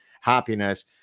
happiness